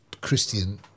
Christian